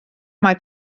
mae